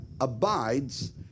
abides